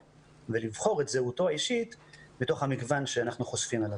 ולבחור את זהותו האישית בתוך המגוון שאנחנו חושפים אליו.